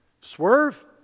Swerve